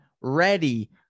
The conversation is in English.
ready